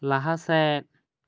ᱞᱟᱦᱟ ᱥᱮᱫ